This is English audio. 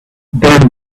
then